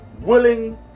willing